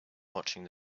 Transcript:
watching